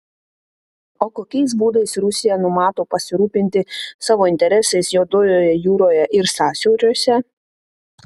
o kokiais būdais rusija numato pasirūpinti savo interesais juodojoje jūroje ir sąsiauriuose